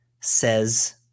says